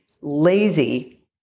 lazy